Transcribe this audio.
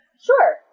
Sure